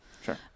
Sure